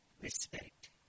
respect